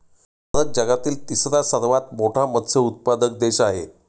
भारत जगातील तिसरा सर्वात मोठा मत्स्य उत्पादक देश आहे